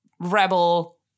Rebel